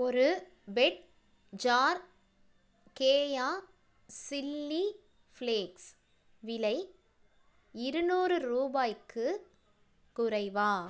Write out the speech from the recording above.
ஒரு pet jar கேயா chilli flakes விலை இருநூறு ரூபாய்க்கு குறைவா